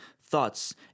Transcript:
Thoughts